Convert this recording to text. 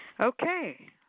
Okay